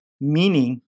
meaning